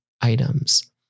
items